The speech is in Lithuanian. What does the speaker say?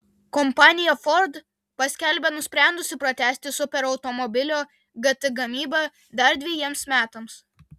kompanija ford paskelbė nusprendusi pratęsti superautomobilio gt gamybą dar dvejiems metams